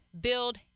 build